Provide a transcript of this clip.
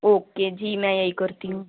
okay جی میں یہ کرتی ہوں